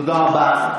תודה רבה.